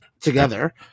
together